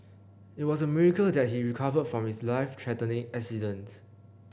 it was a miracle that he recovered from his life threatening accident